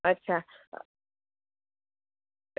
અચ્છા